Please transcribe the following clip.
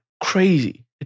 crazy